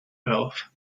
health